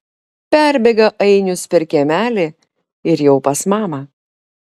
perbėga ainius per kiemelį ir jau pas mamą